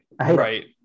Right